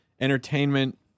Entertainment